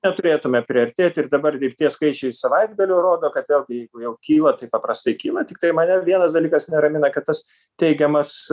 neturėtume priartėti ir dabar ir tie skaičiai savaitgalio rodo kad vėlgi jeigu jau kyla tai paprastai kyla tiktai mane vienas dalykas neramina kad tas teigiamas